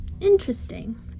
Interesting